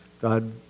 God